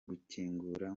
gukingura